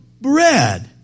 bread